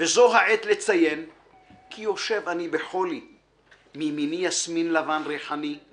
וזו העת לציין כי יושב אני בחולי/ מימיני יסמין לבן ריחני/